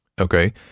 Okay